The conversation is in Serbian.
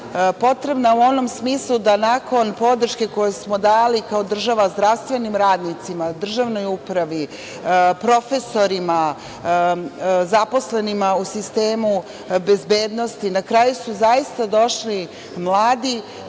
Potrebna u onom smislu da nakon podrške koju smo dali kao država zdravstvenim radnicima, državnoj upravi, profesorima, zaposlenima u sistemu bezbednosti, na kraju su zaista došli mladi